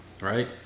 Right